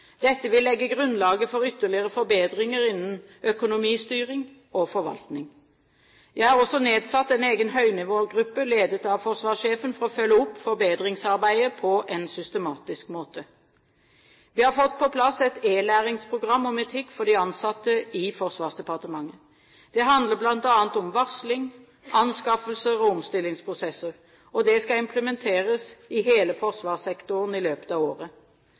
Dette vil legge grunnlaget for ytterligere forbedringer innen økonomistyring og forvaltning. Jeg har også nedsatt en egen høynivågruppe ledet av forsvarssjefen for å følge opp forbedringsarbeidet på en systematisk måte. Vi har fått på plass et e-læringsprogram om etikk for de ansatte i Forsvarsdepartementet. Det handler bl.a. om varsling, anskaffelser og omstillingsprosesser. Det skal implementeres i hele forsvarssektoren i løpet av året.